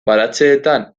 baratzeetan